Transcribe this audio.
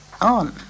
on